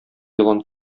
елан